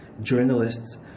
journalists